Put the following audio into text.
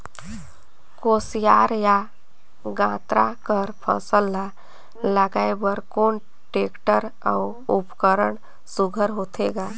कोशियार या गन्ना कर फसल ल लगाय बर कोन टेक्टर अउ उपकरण सुघ्घर होथे ग?